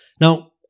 Now